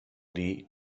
dir